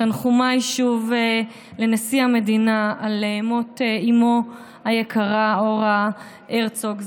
תנחומיי שוב לנשיא המדינה על מות אימו היקרה אורה הרצוג,